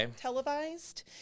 televised